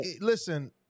Listen